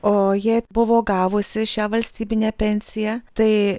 o jei buvo gavusi šią valstybinę pensiją tai